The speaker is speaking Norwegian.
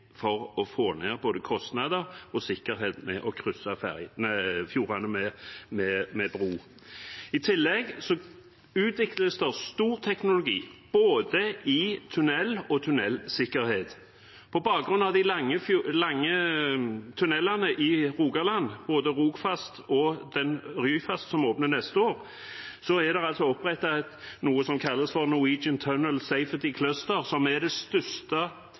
for å få ned kostnadene og for sikkerheten ved å krysse fjordene med bro. I tillegg utvikles det stor teknologi når det gjelder både tunnel og tunnelsikkerhet. På bakgrunn av de lange tunnelene i Rogaland – både Rogfast og Ryfast, som åpner neste år – er det opprettet noe som kalles Norwegian Tunnel Safety Cluster, som er